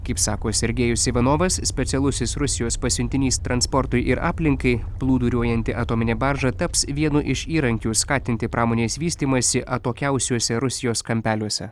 kaip sako sergėjus ivanovas specialusis rusijos pasiuntinys transportui ir aplinkai plūduriuojanti atominė barža taps vienu iš įrankių skatinti pramonės vystymąsi atokiausiuose rusijos kampeliuose